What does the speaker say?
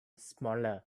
smaller